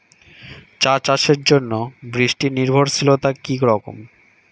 চা চাষের জন্য বৃষ্টি নির্ভরশীলতা কী রকম?